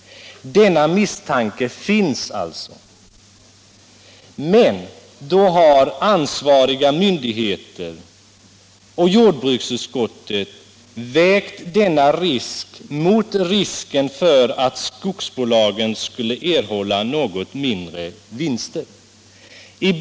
Denna misstanke finns alltså. Men då har ansvariga myndigheter och jordbruksutskottet vägt denna risk mot risken för att skogsbolagen skulle erhålla något mindre vinster.